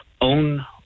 own